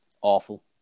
Awful